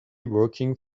working